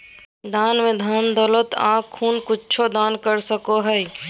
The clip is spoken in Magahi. दान में धन दौलत आँख खून कुछु दान कर सको हइ